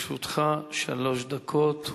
לרשותך שלוש דקות.